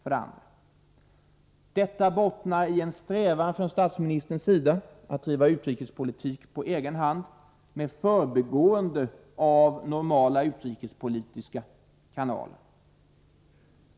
För det andra: Detta bottnar i en strävan från statsministerns sida att driva utrikespolitik på egen hand, med förbigående av normala utrikespolitiska kanaler.